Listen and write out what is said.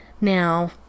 Now